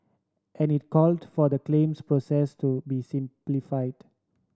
and it called for the claims process to be simplified